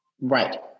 Right